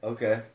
Okay